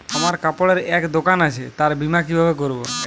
আমার কাপড়ের এক দোকান আছে তার বীমা কিভাবে করবো?